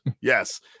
yes